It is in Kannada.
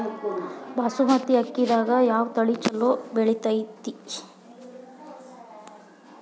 ಬಾಸುಮತಿ ಅಕ್ಕಿದಾಗ ಯಾವ ತಳಿ ಛಲೋ ಬೆಳಿತೈತಿ?